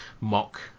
mock